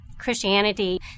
Christianity